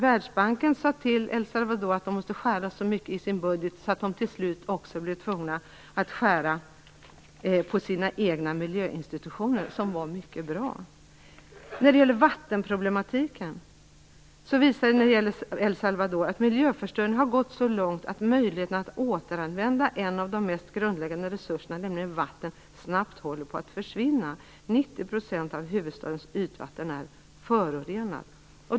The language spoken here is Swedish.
Världsbanken sade till El Salvador att de måste skära så mycket i sin budget att de till slut blev tvungna att skära på sina egna miljöinstitutioner, som var mycket bra. När det gäller vattenproblematiken visar det sig i El Salvador att miljöförstöringen har gått så långt att möjligheten att återanvända en av de mest grundläggande resurserna, nämligen vatten, snabbt håller på att försvinna. 90 % av huvudstadens ytvatten är förorenat.